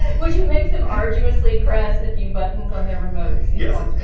would you make them arduously press a few buttons on their remote? yeah.